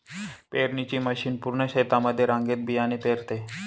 पेरणीची मशीन पूर्ण शेतामध्ये रांगेत बियाणे पेरते